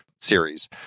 series